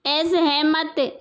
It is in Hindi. असहमत